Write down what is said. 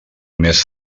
més